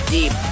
Deep